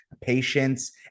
Patience